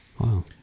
Wow